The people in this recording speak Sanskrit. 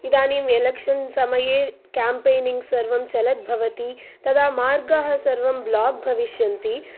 इदानीम् एलेक्शन् समये केम्पेनिङ्ग् सर्वं चलद् भवति तदा मार्गः सर्वं ब्लाक् भविष्यन्ति